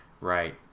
Right